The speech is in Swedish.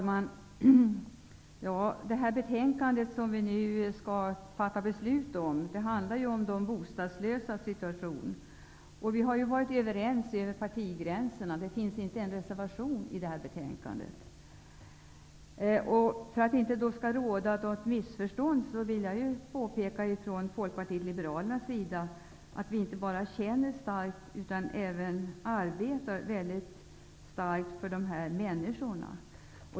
Herr talman! Det betänkande som vi nu diskuterar handlar om de bostadslösas situation. Vi är överens över partigränserna. Det finns inte någon reservation fogad till detta betänkande. För att det inte skall råda något missförstånd vill jag påpeka att vi från Folkpartiet liberalerna inte bara känner starkt utan även arbetar intensivt för dessa människor.